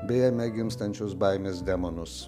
bei jame gimstančius baimės demonus